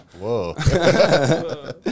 Whoa